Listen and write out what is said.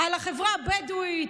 על החברה הבדואית,